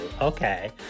Okay